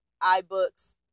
iBooks